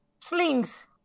Slings